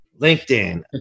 LinkedIn